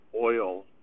oil